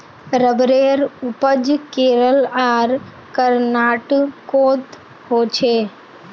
रबरेर उपज केरल आर कर्नाटकोत होछे